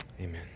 amen